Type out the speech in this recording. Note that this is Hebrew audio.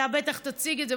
אתה בטח תציג את זה,